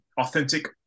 authentic